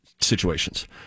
situations